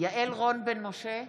יעל רון בן משה,